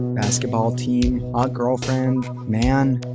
basketball team, hot girlfriend. man,